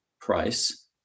price